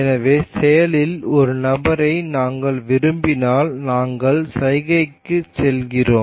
எனவே செயலில் ஒரு நபரை நாங்கள் விரும்பினால் நாங்கள் சைகைக்கு செல்கிறோம்